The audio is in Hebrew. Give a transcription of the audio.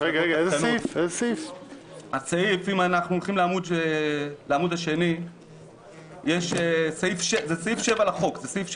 שאפשר